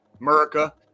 America